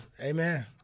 amen